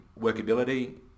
workability